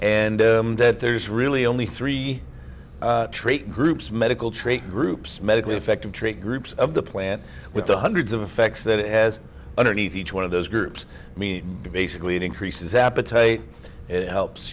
and that there's really only three trait groups medical trait groups medically affective trait groups of the plant with the hundreds of effects that it has underneath each one of those groups i mean basically it increases appetite it helps